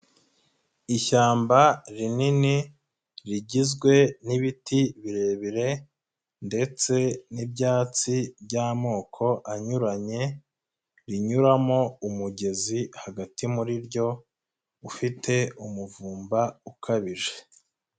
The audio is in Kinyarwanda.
Ishyamba rinini rigizwe n'ibiti birebire ndetse n'ibyatsi by'amoko anyuranye, rinyuramo umugezi hagati muri ryo, ufite umuvumba ukabije.